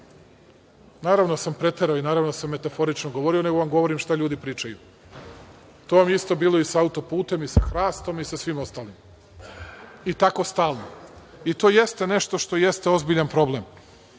Naravno da sam preterao i naravno da sam metaforično govorio, nego vam govorim šta ljudi pričaju. To vam je isto bilo i sa auto-putem i sa hrastom i sa svim ostalim. I tako stalno. I to jeste nešto što jeste ozbiljan problem.